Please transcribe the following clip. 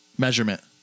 Measurement